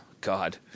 God